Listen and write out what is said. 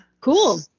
Cool